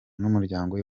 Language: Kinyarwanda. n’umuryango